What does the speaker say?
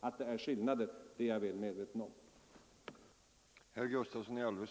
Att det är skillnad är jag väl medveten om.